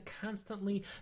constantly